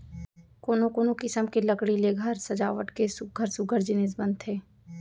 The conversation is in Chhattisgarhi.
कोनो कोनो किसम के लकड़ी ले घर सजावट के सुग्घर सुग्घर जिनिस बनथे